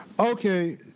Okay